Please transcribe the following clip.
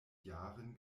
jahren